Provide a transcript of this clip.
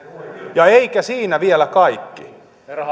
kestävyyttä eikä siinä vielä kaikki